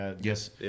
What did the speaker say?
Yes